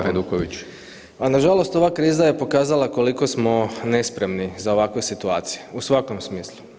Pa nažalost ova kriza je pokazala koliko smo nespremni za ovakve situacije u svakom smislu.